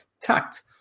tact